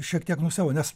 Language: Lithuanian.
šiek tiek nustebau nes